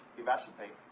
evacipate.